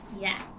Yes